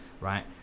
Right